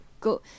Go